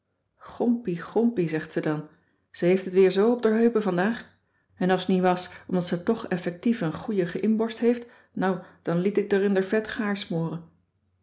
gompie gompie zegt ze dan ze heeft het weer zoo op d'r heupen vandaag en as t niet was omdat ze toch effectief n goeiege inborst heeft nou dan liet ik d'r in d'r vet gaar smoren